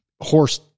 horse